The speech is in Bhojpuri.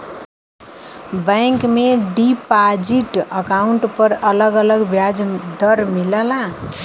बैंक में डिपाजिट अकाउंट पर अलग अलग ब्याज दर मिलला